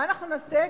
מה אנחנו נעשה?